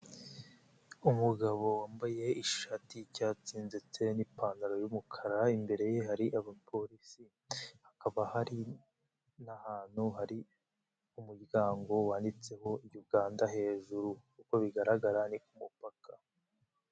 Umugabo wambaye ishati y'icyatsi ndetse n'ipantaro y'umukara, imbere ye hari abapolisi, hakaba hari n'ahantu hari umuryango wanditseho Uganda hejuru, uko bigaragara ni ku mupaka.